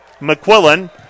McQuillan